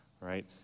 right